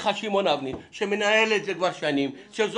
שמעון אבני מנהל את זה כבר שנים והוא אומר